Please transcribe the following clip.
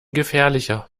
gefährlicher